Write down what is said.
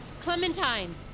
Clementine